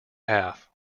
half